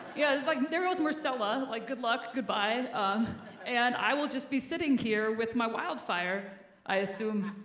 yeah, it's like there is marcella, like good luck, goodbye um and i will just be sitting here with my wildfire i assumed.